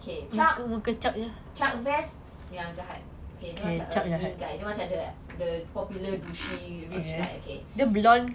okay chuck chuck bass yang jahat okay dia macam a mean guy dia macam the popular bougie rich guy okay